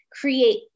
create